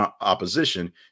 opposition